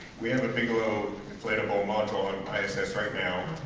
we have a bigelow inflatable module on iss right now